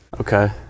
Okay